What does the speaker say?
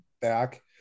back